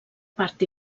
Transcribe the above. part